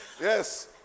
Yes